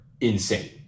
insane